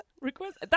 Request